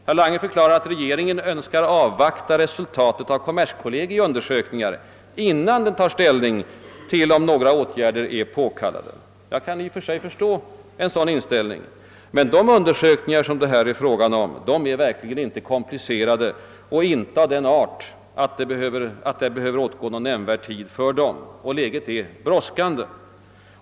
Herr Lange förklarar att regeringen önskar avvakta resultatet av kommerskollegii undersökningar innan den tar ställning till frågan huruvida några åtgärder är påkallade. I och för sig kan jag förstå en sådan inställning, men de undersökningar det här är fråga om är inte av den arten att det behöver åtgå någon nämnvärd tid för dem, och saken brådskar.